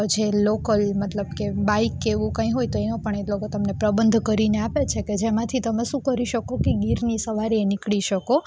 જે લોકલ મતલબ કે બાઈક કે એવું કઈ હોય તો એનો પણ એ લોકો તમને પ્રબંધ કરીને આપે છે જેમાંથી તમે શું કરી શકો કે ગીરની સવારી એ નીકળી શકો